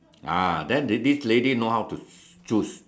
ah then this lady know how to choose